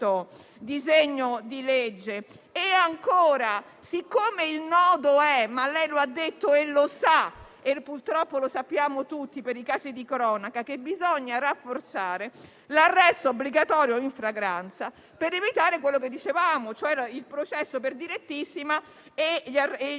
disegno di legge? Il nodo è - lei lo ha detto e lo sa, ma purtroppo lo sappiamo tutti, per i casi di cronaca - che bisogna rafforzare l'arresto obbligatorio in flagranza, per evitare quello che dicevamo, cioè il processo per direttissima e le